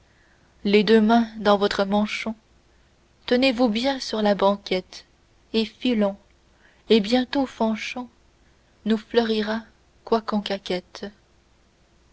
les deux mains dans votre manchon tenez-vous bien sur la banquette et filons et bientôt fanchon nous fleurira quoiqu'on caquette